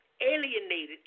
alienated